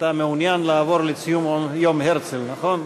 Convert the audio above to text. אתה מעוניין לעבור לציון יום הרצל, נכון?